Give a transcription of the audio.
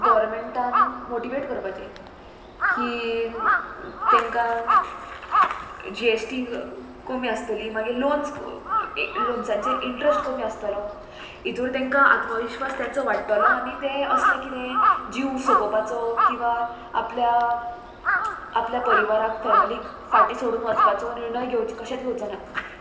गोवर्मेंटान motivate करपाचें की तांकां जी एस टी कोमी आसतली मागीर लोन्स लोन्साचेर इंट्रस्ट कमी आसतलो हितूर तांकां आत्मविश्वास तेंचो वाडटलो आनी तें असलें कितें जीव सोंपोवपाचो किंवां आपल्या आपल्या परिवाराक फॅमिलीक फाटीं सोडून वचपाचो निर्णय घेवचे कशेंच घेवचो ना